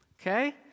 okay